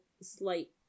slight